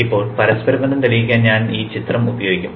ഇപ്പോൾ പരസ്പരബന്ധം തെളിയിക്കാൻ ഞാൻ ഈ ചിത്രം ഉപയോഗിക്കും